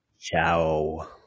Ciao